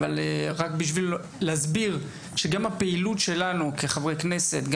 חשוב שנבין שהפעילות שלנו כחברי כנסת,